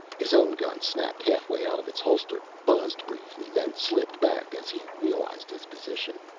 his own gun snapped halfway out of its holster, buzzed briefly, then slipped back as he realized his position.